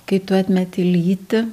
kai tu atmeti lytį